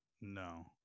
No